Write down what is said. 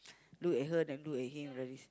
look at her then look at him like this